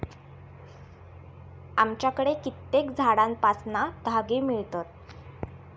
आमच्याकडे कित्येक झाडांपासना धागे मिळतत